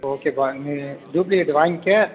ஓகேப்பா நீ டூப்ளிகேட் வாங்கிக்க